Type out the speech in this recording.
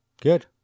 good